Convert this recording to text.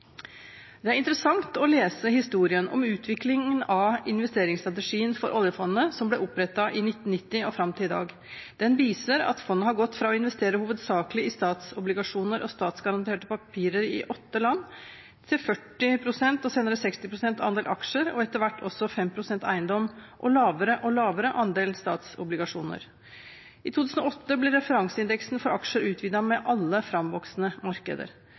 Det er interessant å lese historien om utviklingen av investeringsstrategien for oljefondet, som ble opprettet i 1990, og fram til i dag. Den viser at fondet har gått fra å investere hovedsakelig i statsobligasjoner og statsgaranterte papirer i åtte land, til 40 pst. og senere 60 pst. andel aksjer, og etter hvert også 5 pst. eiendom og lavere og lavere andel statsobligasjoner. I 2008 ble referanseindeksen for aksjer utvidet med alle framvoksende markeder.